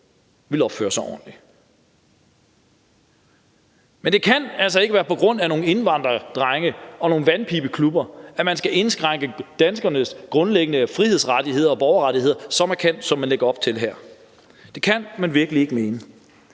vil opføre sig ordentligt. Men det kan altså ikke være på grund af nogle indvandrerdrenge og nogle vandpibeklubber, at man skal indskrænke danskernes grundlæggende frihedsrettigheder og borgerrettigheder så markant, som man lægger op til her. Det kan man virkelig ikke mene.